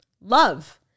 Love